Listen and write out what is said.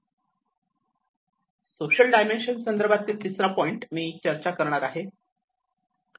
social dimension संदर्भातील तिसरा point मी चर्चा करणार आहे